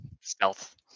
stealth